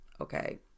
okay